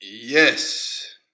Yes